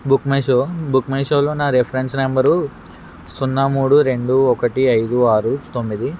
book my show book my షోలో నా reference number సున్నా మూడు రెండూ ఒకటి ఐదు ఆరు తొమ్మిది